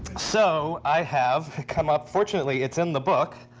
so i have come up, fortunately it's in the book,